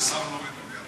השר לא מדבר?